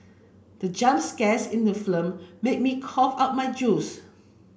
the jump scares in the film made me cough out my juice